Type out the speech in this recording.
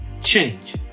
change